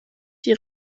die